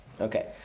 Okay